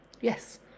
Yes